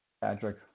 Patrick